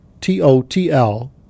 t-o-t-l